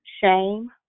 shame